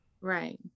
Right